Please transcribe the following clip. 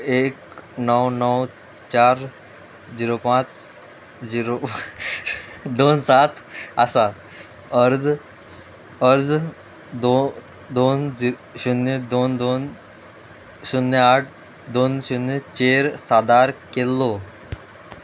एक णव णव चार झिरो पांच झिरो दोन सात आसा अर्द अर्ज दो दोन झी शुन्य दोन दोन शुन्य आठ दोन शुन्य चेर सादार केल्लो